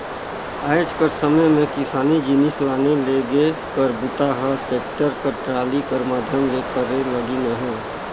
आएज कर समे मे किसानी जिनिस लाने लेगे कर बूता ह टेक्टर कर टराली कर माध्यम ले करे लगिन अहे